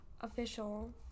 Official